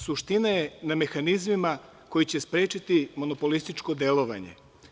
Suština je na mehanizmima koji će sprečiti monopolističko delovanje.